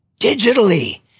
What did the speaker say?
digitally